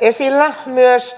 esillä